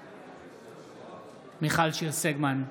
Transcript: בעד מיכל שיר סגמן,